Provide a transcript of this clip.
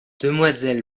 demoiselle